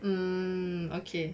hmm okay